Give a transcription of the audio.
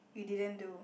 you didn't do